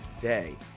day